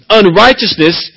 unrighteousness